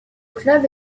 club